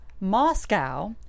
Moscow